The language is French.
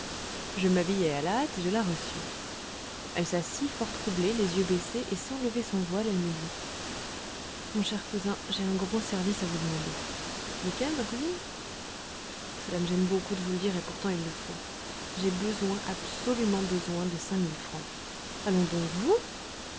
je m'habillai à la hâte et je la reçus elle s'assit fort troublée les yeux baissés et sans lever son voile elle me dit mon cher cousin j'ai un gros service à vous demander lequel ma cousine cela me gêne beaucoup de vous le dire et pourtant il le faut j'ai besoin absolument besoin de cinq mille francs allons donc